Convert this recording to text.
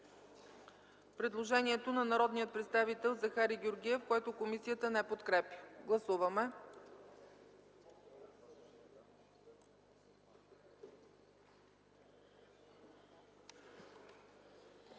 предложението на народния представител Захари Георгиев, което комисията не подкрепя. Гласували